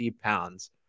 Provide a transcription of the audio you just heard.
pounds